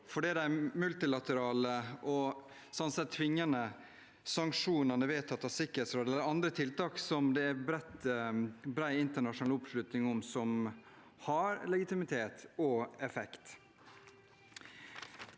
Det er de multilaterale og sånn sett tvingende sanksjonene som er vedtatt av Sikkerhetsrådet, og andre tiltak det er bred internasjonal oppslutning om, som har legitimitet og effekt.